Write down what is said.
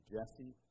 Jesse